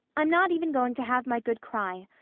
i'm not even going to have my good cry.